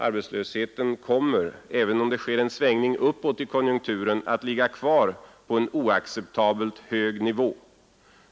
Arbetslösheten kommer — även om det sker en svängning uppåt i konjunkturen — att ligga kvar på en oacceptabelt hög nivå.